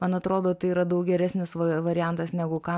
man atrodo tai yra daug geresnis va variantas negu ka